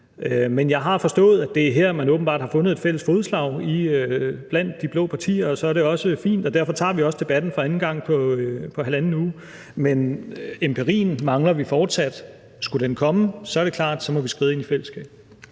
Men jeg har forstået, at det er her, man åbenbart har fundet et fælles fodslag iblandt de blå partier, og det er også fint, og derfor tager vi også debatten for anden gang på halvanden uge, men empirien mangler vi fortsat. Skulle den komme, er det klart, at vi må skride ind i fællesskab.